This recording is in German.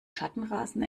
schattenrasen